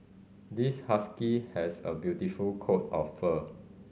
this husky has a beautiful coat of fur